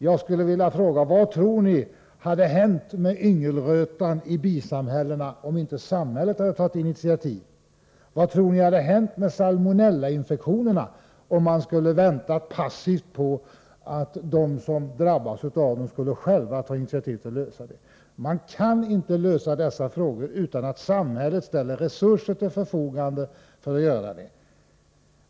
Jag skulle vilja fråga: Vad tror ni hade hänt med yngelrötan som drabbade bina, om inte samhället hade tagit initiativ? Vad tror ni hade hänt med salmonellainfektionerna, om man skulle ha väntat passivt på att de som drabbades själva skulle ta initiativ till att lösa problemet? Man kan inte lösa sådana frågor utan att samhället ställer resurser till förfogande.